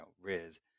Riz